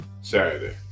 Saturday